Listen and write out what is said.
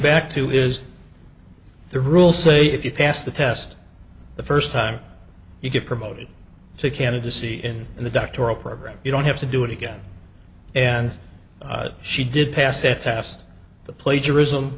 back to is the rule say if you pass the test the first time you get promoted to canada c n n the doctoral program you don't have to do it again and she did pass that test the plagiarism